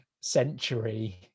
century